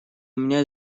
меня